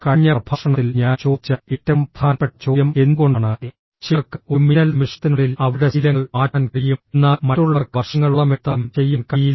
കഴിഞ്ഞ പ്രഭാഷണത്തിൽ ഞാൻ ചോദിച്ച ഏറ്റവും പ്രധാനപ്പെട്ട ചോദ്യം എന്തുകൊണ്ടാണ് ചിലർക്ക് ഒരു മിന്നൽ നിമിഷത്തിനുള്ളിൽ അവരുടെ ശീലങ്ങൾ മാറ്റാൻ കഴിയും എന്നാൽ മറ്റുള്ളവർക്ക് വർഷങ്ങളോളമെടുത്താലും ചെയ്യാൻ കഴിയില്ല